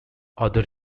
other